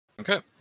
Okay